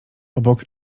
obok